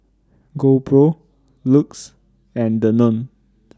GoPro LUX and Danone